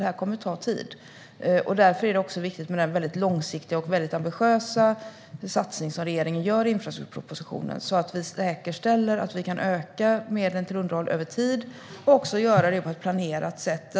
Det här kommer att ta tid, och därför är det också viktigt med den väldigt långsiktiga och ambitiösa satsning som regeringen gör i infrastrukturpropositionen så att vi säkerställer att vi kan öka medlen till underhåll över tid och också göra det på ett planerat sätt.